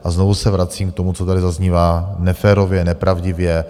A znovu se vracím k tomu, co tady zaznívá neférově, nepravdivě.